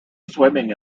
swimming